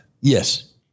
Yes